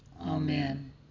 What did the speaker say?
Amen